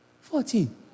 Fourteen